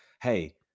hey